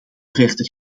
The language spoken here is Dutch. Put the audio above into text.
verder